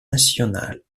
nationales